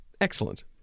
Excellent